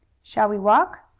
shall we walk?